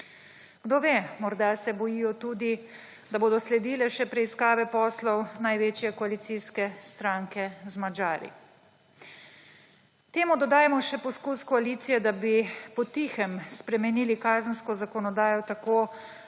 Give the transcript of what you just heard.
Kdo ve; morda se bojijo tudi, da bodo sledile še preiskave poslov največje koalicijske stranke z Madžari. Temu dodajmo še poskus koalicije, da bi potihem spremenili kazensko zakonodajo tako,